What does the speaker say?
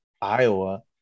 Iowa